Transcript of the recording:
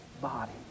body